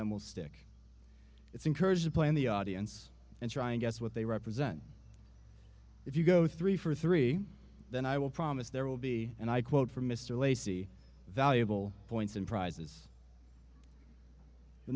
them will stick it's encouraged to play in the audience and try and guess what they represent if you go three for three then i will promise there will be and i quote from mr lacy valuable points and prizes the